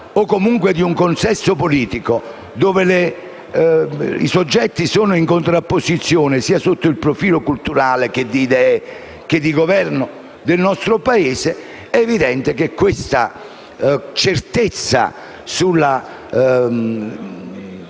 o comunque di un consesso politico dove i soggetti sono in contrapposizione sia sotto il profilo culturale che di idee di governo del nostro Paese, è evidente che questa certezza sulla